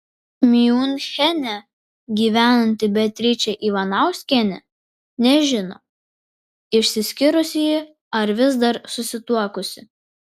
miunchene gyvenanti beatričė ivanauskienė nežino išsiskyrusi ji ar vis dar susituokusi